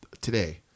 today